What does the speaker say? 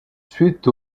suite